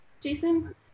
Jason